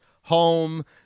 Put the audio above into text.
home